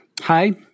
Hi